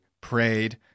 prayed